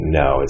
no